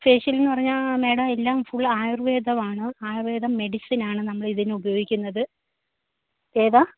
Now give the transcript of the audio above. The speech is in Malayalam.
ഫേഷ്യല്ന്ന് പറഞ്ഞാൽ മാഡം എല്ലാം ഫുള്ള് ആയുര്വേദവാണ് ആയുര്വേദ മെഡിസിനാണ് നമ്മളിതിന് ഉപയോഗിക്കുന്നത് ഏതാ